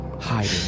hiding